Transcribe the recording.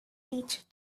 teach